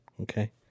Okay